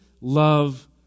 love